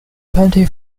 twenty